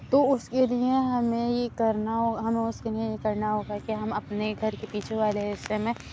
تو اُس كے لیے ہمیں یہ كرنا ہو ہمیں اُس كے لیے یہ كرنا ہوگا کہ ہم اپنے گھر كے پیچھے والے حصّے میں